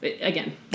again